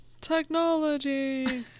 technology